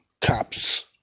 cops